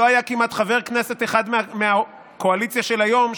לא היה כמעט חבר כנסת אחד מהקואליציה של היום,